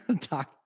talk